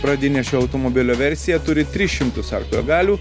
pradinė šio automobilio versija turi tris šimtus arklio galių